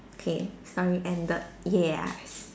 okay story ended yes